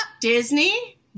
disney